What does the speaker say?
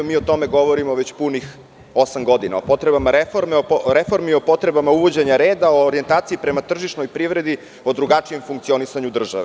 Mi o tome govorimo već punih osam godina, o potrebama reformi, o potrebama uvođenja reda, o orijentaciji prema tržišnoj privredi, o drugačijem funkcionisanju države.